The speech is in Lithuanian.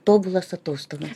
tobulas atostogas